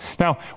Now